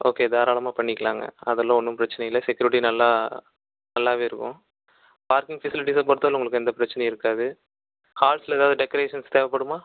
okay தாராளமாக பண்ணிக்கலாங்க அதெல்லாம் ஒன்றும் பிரச்சினை இல்லை செக்யூரிட்டி நல்லா நல்லாவே இருக்கும் பார்க்கிங் ஃபெசிலிட்டிஸை பொறுத்த அளவு உங்களுக்கு எந்த பிரச்சினையும் இருக்காது ஹால்ஸ்சில் ஏதாவது டெக்ரேஷன்ஸ் தேவைப்படுமா